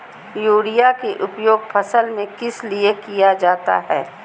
Urea के उपयोग फसल में किस लिए किया जाता है?